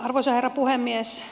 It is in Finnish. arvoisa herra puhemies